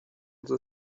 the